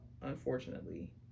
unfortunately